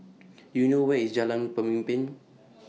Do YOU know Where IS Jalan Pemimpin